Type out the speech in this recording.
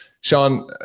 sean